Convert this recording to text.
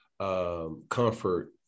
comfort